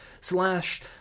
slash